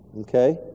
okay